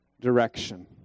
direction